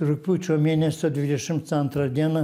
rugpjūčio mėnesio dvidešimts antrą dieną